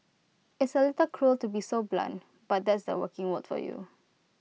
it's A little cruel to be so blunt but that's the working world for you